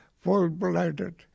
full-blooded